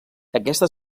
aquesta